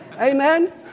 Amen